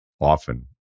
often